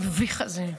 המביך הזה,